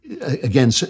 again